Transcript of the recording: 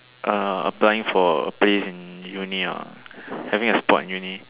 eh applying for a place in Uni ah having a spot in Uni